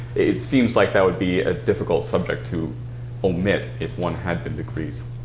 it seems like that would be a difficult subject to omit if one had been to greece.